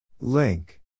Link